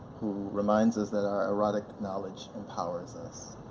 who reminds us that our erotic knowledge empowers us.